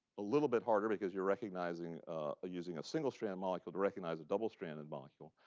a little bit harder because you're recognizing ah using a single-strand molecule to recognize a double-stranded molecule.